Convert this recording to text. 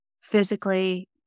physically